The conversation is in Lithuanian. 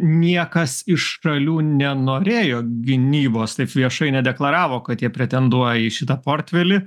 niekas iš šalių nenorėjo gynybos taip viešai nedeklaravo kad jie pretenduoja į šitą portfelį